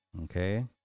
Okay